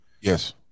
Yes